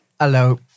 Hello